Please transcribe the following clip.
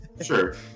Sure